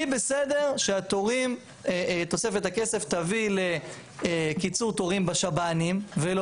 לי בסדר שתוספת הכסף תביא לקיצור תורים בשב"נים ולא